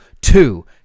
two